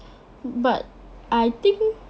but I think